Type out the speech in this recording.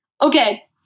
Okay